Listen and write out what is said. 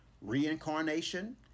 Reincarnation